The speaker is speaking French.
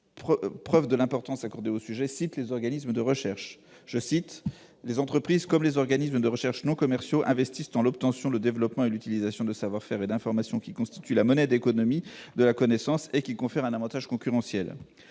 témoigne de l'importance accordée au sujet :« les entreprises comme les organismes de recherche non commerciaux investissent dans l'obtention, le développement et l'utilisation de savoir-faire et d'informations qui constituent la monnaie de l'économie de la connaissance et qui confèrent un avantage concurrentiel ».